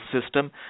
system